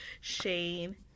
Shane